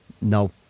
No